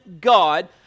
God